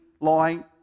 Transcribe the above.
lying